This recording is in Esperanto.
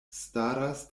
staras